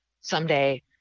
someday